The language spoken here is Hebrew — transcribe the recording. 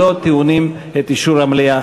שלא טעונים אישור המליאה.